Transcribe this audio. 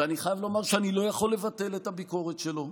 ואני חייב לומר שאני לא יכול לבטל את הביקורת שלו,